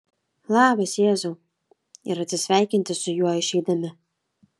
labas jėzau ir atsisveikinti su juo išeidami